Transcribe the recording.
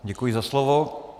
Děkuji za slovo.